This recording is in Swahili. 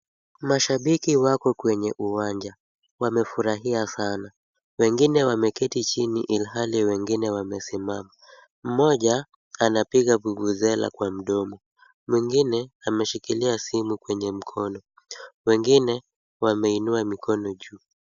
Mashabiki wako kwenye uwanja, wamefurahia sana. Wengine wameketi chini ilhali wengine wamesimama. Mmoja anapiga vuvuzela kwa mdomo. Mwingine ameshikilia simu kwenye mkono. Wengine wameinua mikono juu.